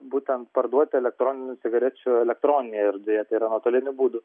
būtent parduoti elektroninių cigarečių elektroninėje erdvėje tai yra nuotoliniu būdu